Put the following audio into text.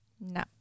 no